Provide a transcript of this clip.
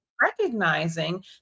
recognizing